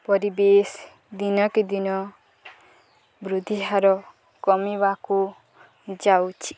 ପରିବେଶ ଦିନକେ ଦିନ ବୃଦ୍ଧିହାର କମିବାକୁ ଯାଉଛି